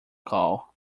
call